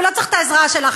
הוא לא צריך את העזרה שלך,